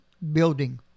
building